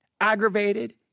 aggravated